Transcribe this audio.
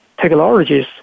technologies